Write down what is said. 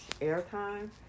airtime